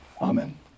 Amen